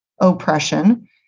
oppression